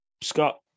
Scott